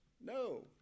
No